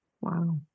Wow